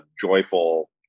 joyful